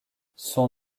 son